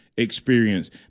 experience